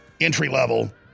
entry-level